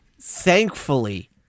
thankfully